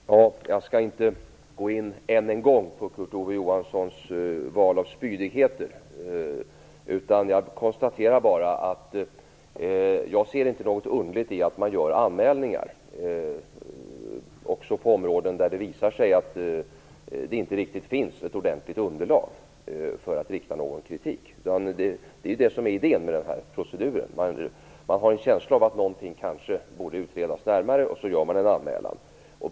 Fru talman! Jag skall inte än en gång gå in på Kurt Ove Johanssons val av spydigheter. Jag konstaterar bara att jag inte ser något underligt i att man gör anmälningar även på områden där det visar sig att det inte riktigt finns ett ordentligt underlag för att rikta kritik. Det är det som är idén med den här proceduren. Man har en känsla av att någonting kanske borde utredas närmare och så gör man en anmälan.